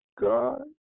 God